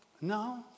No